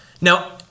Now